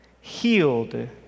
Healed